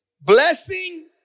Blessing